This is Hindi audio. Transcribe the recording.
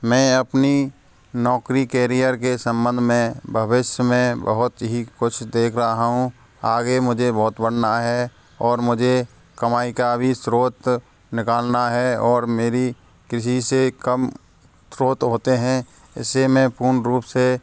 मैं अपनी नौकरी केरियर के संबंध में भविष्य में बुहत ही कुछ देख रहा हूँ आगे मुझे बुहत बढ़ना है और मुझे कमाई का भी स्रोत निकालना है और मेरी किसी से कम स्रोत होते हैं इसे मैं पूर्ण रूप से